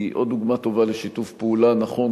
היא עוד דוגמה טובה לשיתוף פעולה נכון,